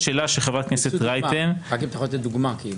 רק אם אתה יכול לתת דוגמה.